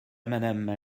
madame